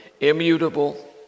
immutable